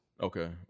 Okay